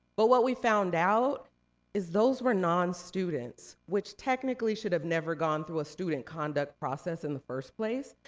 but what we found out is those were non-students, which technically should have never gone through a student conduct process in the first place.